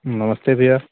नमस्ते भईया